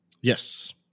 Yes